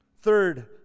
Third